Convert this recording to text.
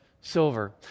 silver